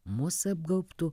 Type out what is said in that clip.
mus apgaubtų